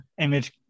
Image